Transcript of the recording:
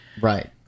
Right